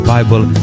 Bible